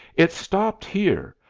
it stopped here.